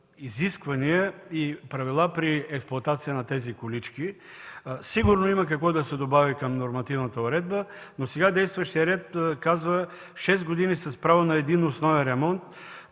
изисквания и правила при експлоатация на тези колички. Сигурно има какво да се добави към нормативната уредба, но сега действащият ред казва: шест години с право на един основен ремонт